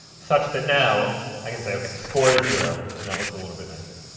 such that now i can say. ok. score is zero, and that looks a little bit nicer.